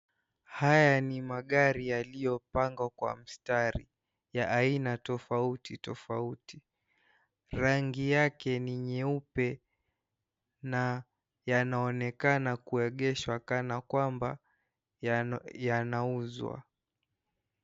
Haya ni magari yaliyopangwa kwa mstari. Ya aina tofauti tofauti. Rangi yake ni nyeupe na yanaonekana kuegeshwa kana kwamba, yanauzwa.